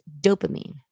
dopamine